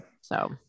So-